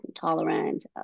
tolerant